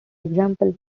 example